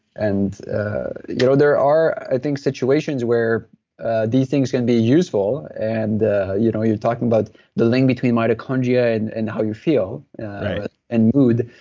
and you know there are, i think, situations where ah these things can be useful, and you know you're talking about the link between mitochondria and and how you feel and mood,